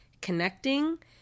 connecting